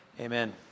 amen